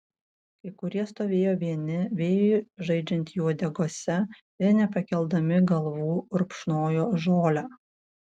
kai kurie stovėjo vieni vėjui žaidžiant jų uodegose ir nepakeldami galvų rupšnojo žolę